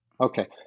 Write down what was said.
Okay